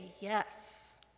yes